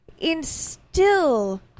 instill